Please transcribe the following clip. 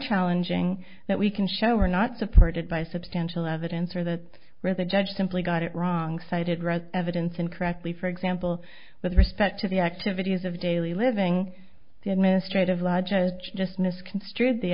challenging that we can show are not supported by substantial evidence or that where the judge simply got it wrong cited red evidence incorrectly for example with respect to the activities of daily living the administrative law judge just misconstrued the